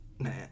man